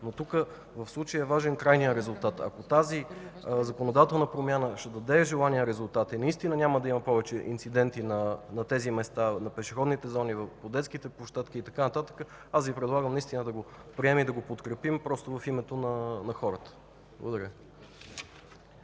Но в случая тук е важен крайният резултат. Ако тази законодателна промяна създаде желания резултат и наистина няма да има повече инциденти на тези места – на пешеходните зони, в детските площадки и така нататък, аз Ви предлагам да го приемем и подкрепим просто в името на хората. Благодаря.